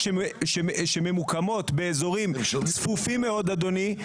שממקומות באזורים צפופים מאוד אדוני,